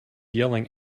yelling